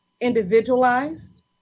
individualized